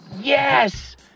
Yes